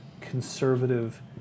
conservative